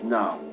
now